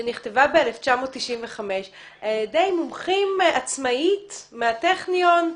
שנכתבה ב-1995 על ידי מומחים עצמאיים מהטכניון.